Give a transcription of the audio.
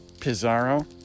Pizarro